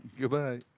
Goodbye